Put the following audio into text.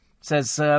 says